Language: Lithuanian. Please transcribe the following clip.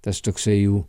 tas toksai jų